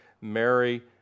Mary